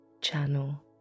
channel